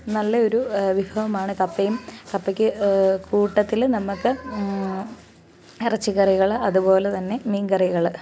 നല്ല ഒരു വിഭവമാണ് കപ്പയും കപ്പയ്ക്ക് കൂട്ടത്തിൽ നമ്മൾക്ക് ഇറച്ചിക്കറികൾ അതുപോല തന്നെ മീൻ കറികൾ